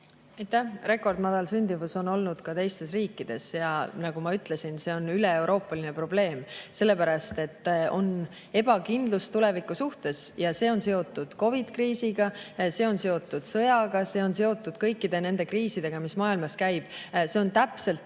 Aitäh! Rekordmadal sündimus on olnud ka teistes riikides. Nagu ma ütlesin, see on üleeuroopaline probleem, sellepärast et on ebakindlus tuleviku suhtes. See on seotud COVID-kriisiga, see on seotud sõjaga, see on seotud kõikide nende kriisidega, mis maailmas käivad. See on täpselt